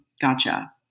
Gotcha